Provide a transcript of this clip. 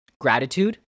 gratitude